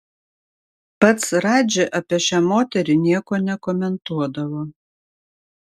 pats radži apie šią moterį nieko nekomentuodavo